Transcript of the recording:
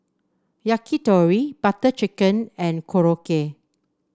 Yakitori Butter Chicken and Korokke